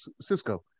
Cisco